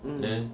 mm